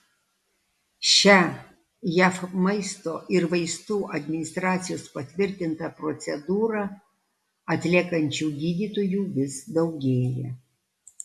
šią jav maisto ir vaistų administracijos patvirtintą procedūrą atliekančių gydytojų vis daugėja